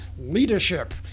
Leadership